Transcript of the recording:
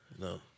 No